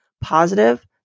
positive